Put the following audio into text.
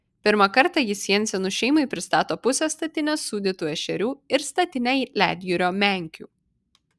pirmą kartą jis jensenų šeimai pristato pusę statinės sūdytų ešerių ir statinę ledjūrio menkių